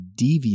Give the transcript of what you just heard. deviant